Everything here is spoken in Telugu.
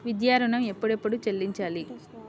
విద్యా ఋణం ఎప్పుడెప్పుడు చెల్లించాలి?